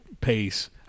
pace